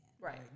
Right